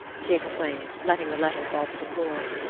she exclaimed, letting the letter fall to the floor.